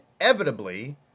inevitably